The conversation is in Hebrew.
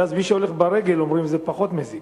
ואז מי שהולך ברגל, אומרים, זה פחות מזיק,